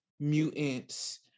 mutants